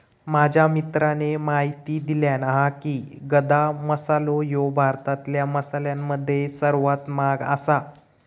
माझ्या मित्राने म्हायती दिल्यानं हा की, गदा मसालो ह्यो भारतातल्या मसाल्यांमध्ये सर्वात महाग आसा